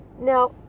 Now